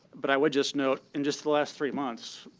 but i would just note in just the last three months,